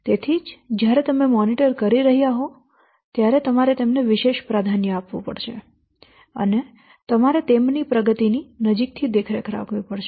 તેથી જ જ્યારે તમે મોનિટર કરી રહ્યા હો ત્યારે તમારે તેમને વિશેષ પ્રાધાન્ય આપવું પડશે અને તમારે તેમની પ્રગતિ ની નજીકથી દેખરેખ રાખવી પડશે